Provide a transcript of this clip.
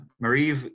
Marie